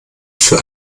für